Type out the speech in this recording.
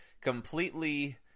completely